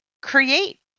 create